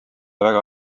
väga